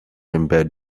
embed